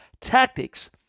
tactics